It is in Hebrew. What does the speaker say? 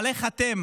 אבל איך אתם